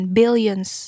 billions